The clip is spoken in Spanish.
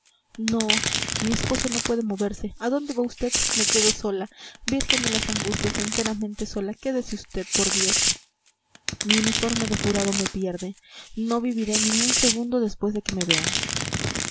no mi esposo no puede moverse a dónde va vd me quedo sola virgen de las angustias enteramente sola quédese vd por dios mi uniforme de jurado me pierde no viviré ni un segundo después que me vean